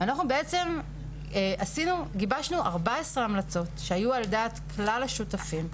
אנחנו בעצם גיבשנו 14 המלצות שהיו על דעת כלל השותפים.